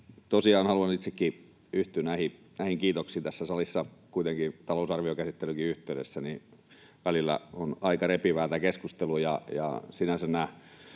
haluan itsekin yhtyä näihin kiitoksiin tässä salissa. Kuitenkin kun talousarviokäsittelynkin yhteydessä välillä on aika repivää tämä keskustelu, niin sinänsä nämä